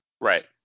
Right